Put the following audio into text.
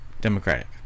Democratic